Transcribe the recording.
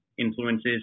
influences